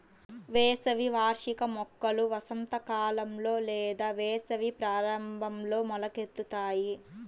వేసవి వార్షిక మొక్కలు వసంతకాలంలో లేదా వేసవి ప్రారంభంలో మొలకెత్తుతాయి